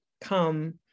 come